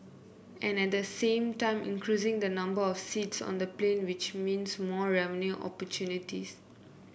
and at the same time increasing the number of seats on the plane which means more revenue opportunities